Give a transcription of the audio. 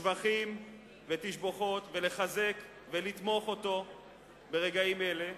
שבחים ותשבוחות, ולחזק אותו ולתמוך בו ברגעים אלה,